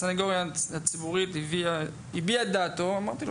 הסנגוריה הציבורית הביעה את דעתה ואמרתי לו